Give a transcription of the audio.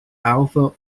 alpha